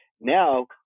now